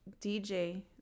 DJ